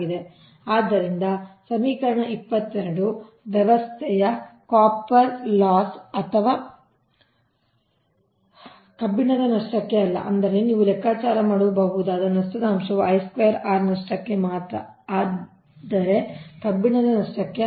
ಆದ್ದರಿಂದ ಸಮೀಕರಣ 22 ವ್ಯವಸ್ಥೆಯ ಕಾಪರ್ ಲಾಸ್ ಆದರೆ ಕಬ್ಬಿಣದ ನಷ್ಟಕ್ಕೆ ಅಲ್ಲ ಅಂದರೆ ನೀವು ಲೆಕ್ಕಾಚಾರ ಮಾಡಬಹುದಾದ ನಷ್ಟದ ಅಂಶವು i2 R ನಷ್ಟಕ್ಕೆ ಮಾತ್ರ ಆದರೆ ಕಬ್ಬಿಣದ ನಷ್ಟಕ್ಕೆ ಅಲ್ಲ